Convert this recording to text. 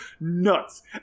nuts